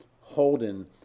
holden